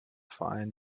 verein